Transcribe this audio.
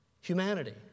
humanity